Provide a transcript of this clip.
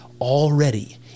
already